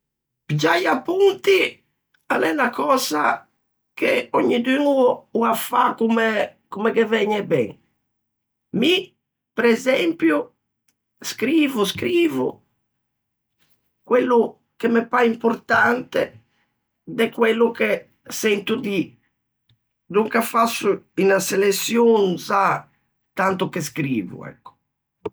Piggiâ i apponti a l'é unna cösa che ognidun o â fa comme, comme ghe vëgne ben. Mi presempio scrivo, scrivo quello che me pâ importante de quello che sento dî; donca fasso unna seleçion za tanto che scrivo, ecco.